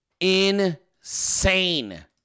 Insane